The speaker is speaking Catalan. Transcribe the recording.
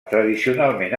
tradicionalment